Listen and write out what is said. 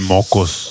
Mocos